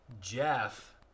Jeff